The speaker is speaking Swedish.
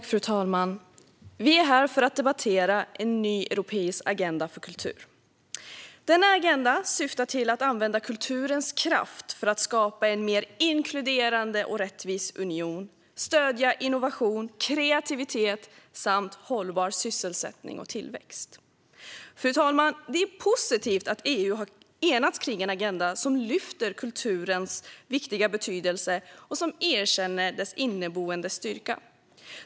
Fru talman! Vi är här för att debattera en ny europeisk agenda för kultur. Denna agenda syftar till att använda kulturens kraft för att skapa en mer inkluderande och rättvis union samt stödja innovation, kreativitet och en hållbar sysselsättning och tillväxt. Fru talman! Det är positivt att EU har enats kring en agenda som lyfter fram kulturens viktiga betydelse och erkänner dess inneboende styrka.